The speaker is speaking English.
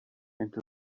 into